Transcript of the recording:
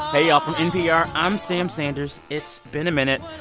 hey, y'all. from npr, i'm sam sanders. it's been a minute.